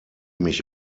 mich